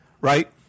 right